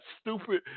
stupid